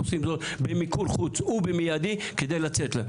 עושים זאת במיקור חוץ ובמיידי כדי לצאת.